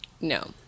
No